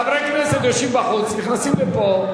חברי הכנסת יושבים בחוץ, נכנסים לפה.